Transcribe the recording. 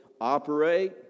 operate